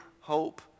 hope